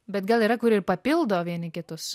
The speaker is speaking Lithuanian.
bet gal yra kur ir papildo vieni kitus